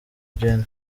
gen